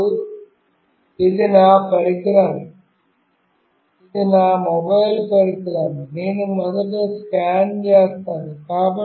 ఇప్పుడు ఇది నా పరికరం ఇది నా మొబైల్ పరికరం నేను మొదట స్కాన్ చేస్తాను